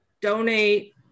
donate